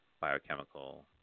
biochemical